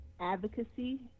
advocacy